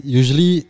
usually